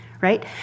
right